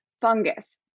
fungus